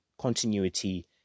continuity